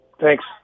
Thanks